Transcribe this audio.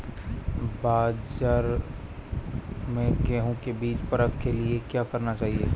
बाज़ार में गेहूँ के बीज की परख के लिए क्या करना चाहिए?